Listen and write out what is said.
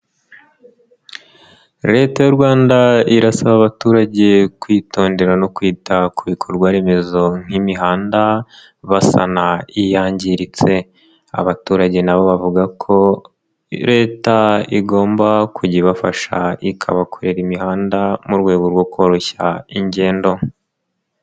Leta y'u Rwanda irasaba abaturage kwitondera no kwita ku bikorwa remezo nk'imihanda basana iyangiritse, abaturage na bo bavuga ko Leta igomba kujya ibafasha ikabakorera imihanda mu rwego rwo koroshya ingendo.